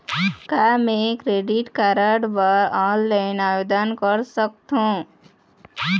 का मैं credit card बर ऑनलाइन आवेदन कर सकथों?